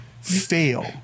fail